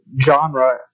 genre